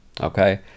okay